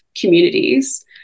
communities